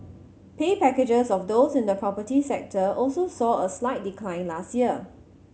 pay packages of those in the property sector also saw a slight decline last year